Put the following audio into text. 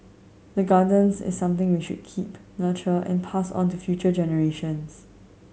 the gardens is something we should keep nurture and pass on to future generations